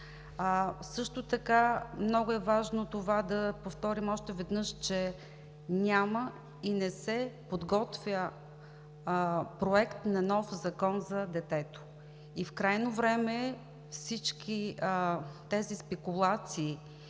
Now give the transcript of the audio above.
причина. Много е важно да повторим още веднъж, че няма и не се подготвя проект на нов закон за детето. Крайно време е всички тези спекулации